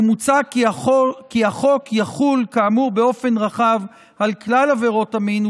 ומוצע כי החוק יחול כאמור באופן רחב על כלל עבירות מין,